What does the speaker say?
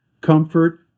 comfort